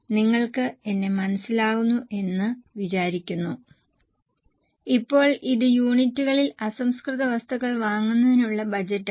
നിങ്ങൾക്ക് എന്നെ മനസിലാകുന്നു എന്ന് വിചാരിക്കുന്നു ഇപ്പോൾ ഇത് യൂണിറ്റുകളിൽ അസംസ്കൃത വസ്തുക്കൾ വാങ്ങുന്നതിനുള്ള ബജറ്റാണ്